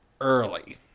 early